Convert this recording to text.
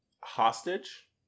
hostage